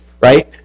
right